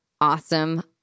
awesome